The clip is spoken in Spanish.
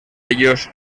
ellos